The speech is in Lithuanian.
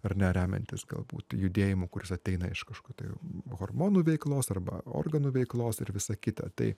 ar ne remiantis galbūt judėjimu kuris ateina iš kažkokių hormonų veiklos arba organų veiklos ir visa kita tai